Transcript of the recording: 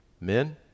Men